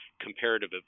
comparative